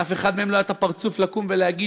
לאף אחד מהם לא היה את הפרצוף לקום ולהגיד